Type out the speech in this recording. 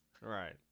Right